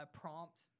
prompt